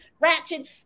Ratchet